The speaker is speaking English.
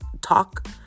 talk